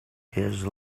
his